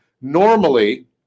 normally